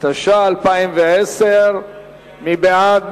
התש"ע 2010. מי בעד?